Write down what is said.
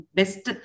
best